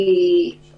כי גם